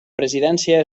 presidència